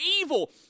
evil